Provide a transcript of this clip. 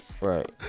right